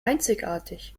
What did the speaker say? einzigartig